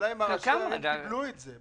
השאלה אם ראשי הערים קיבלו את זה.